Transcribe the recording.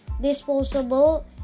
disposable